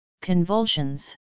convulsions